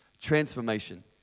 Transformation